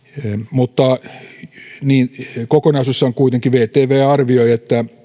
mutta kokonaisuudessaan kuitenkin vtv arvioi että